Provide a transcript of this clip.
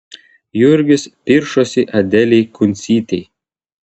jurgis piršosi adelei kuncytei